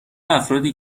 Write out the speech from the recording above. افرادی